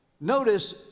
Notice